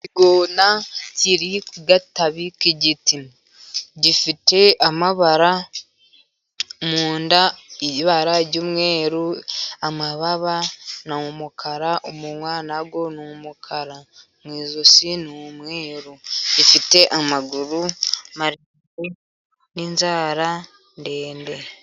Ikigona kiri ku gatabi k'igiti, gifite amabara, mu nda ibara ry'umweru, amababa ni umukara, umunwa nawo ni umukara mu ijosi ni umweru ,ifite amaguru maremare n'inzara ndende.